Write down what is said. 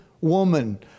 woman